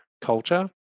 culture